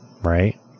right